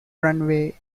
runway